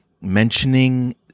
mentioning